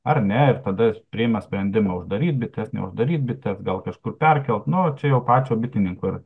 ar ne ir tada s priima sprendimą uždaryt bites neuždaryt bites gal kažkur perkelt nu čia jau pačio bitininko ir